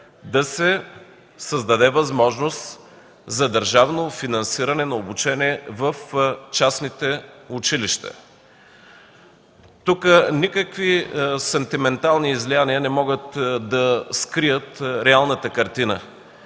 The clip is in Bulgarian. да се създаде възможност за държавно финансиране на обучение в частните училища. Никакви сантиментални излияния не могат да скрият реалната картина.